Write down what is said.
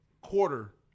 quarter